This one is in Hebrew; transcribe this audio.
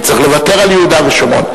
וצריך לוותר על יהודה ושומרון.